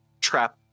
trap